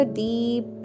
deep